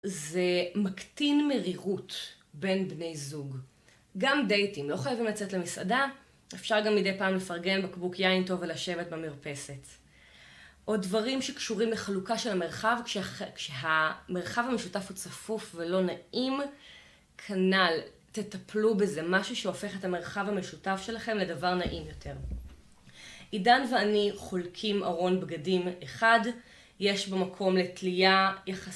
זה מקטין מרירות בין בני זוג. גם דייטים, לא חייבים לצאת למסעדה, אפשר גם מדי פעם לפרגן בקבוק יין טוב ולשבת במרפסת. או דברים שקשורים לחלוקה של המרחב, כשהמרחב המשותף הוא צפוף ולא נעים, כנל תטפלו בזה. משהו שהופך את המרחב המשותף שלכם לדבר נעים יותר. עידן ואני חולקים ארון בגדים אחד, יש בו מקום לתלייה יחסית.